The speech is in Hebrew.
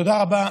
תודה רבה.